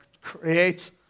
create